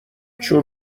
چون